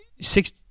Six